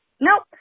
nope